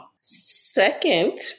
Second